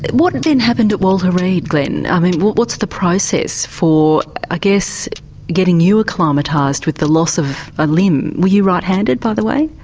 what then happened at walter reid, glen, i mean what's the process for i ah guess getting you acclimatised with the loss of a limb were you right-handed by the way?